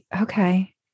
okay